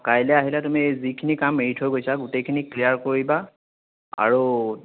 কাইলৈ আহিলে তুমি যিখিনি কাম এৰি থৈ গৈছা গোটেইখিনি ক্লীয়াৰ কৰিবা আৰু